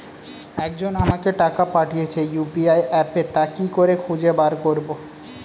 একজন আমাকে টাকা পাঠিয়েছে ইউ.পি.আই অ্যাপে তা কি করে খুঁজে বার করব?